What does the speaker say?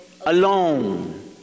alone